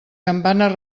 campanes